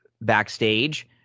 Backstage